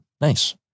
Nice